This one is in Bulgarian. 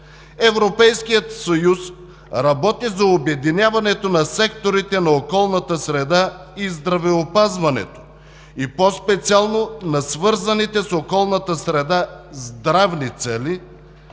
Европейският съюз работи за обединяването на секторите на околната среда и здравеопазването и по-специално на свързаните с околната среда здравни цели